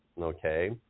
okay